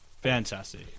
Fantastic